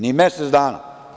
Ni mesec dana.